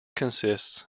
consists